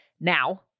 now